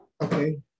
Okay